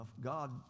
God